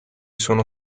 sono